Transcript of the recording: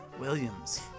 Williams